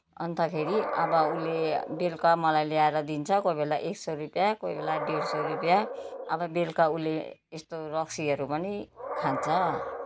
अन्तखेरि अब उसले बेलुका मलाई ल्याएर दिन्छ कोही बेला एक सौ रुपियाँ कोही बेला डेढ सौ रुपियाँ अब बेलुका उसले यस्तो रक्सीहरू पनि खान्छ